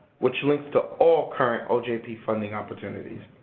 which links to all current ojp funding opportunities.